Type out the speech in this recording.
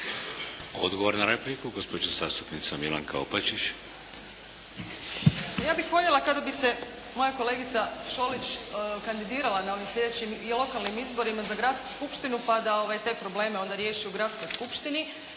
Odgovor na repliku, gospođa zastupnica Milanka Opačić. **Opačić, Milanka (SDP)** Ja bih voljela kada bi se moja kolegica Šolić kandidirala na ovim sljedećim lokalnim izborima za gradsku skupštinu pa da onda te probleme riješi u gradskoj skupštini.